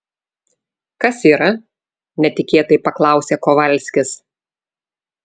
kas yra netikėtai paklausė kovalskis